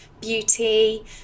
beauty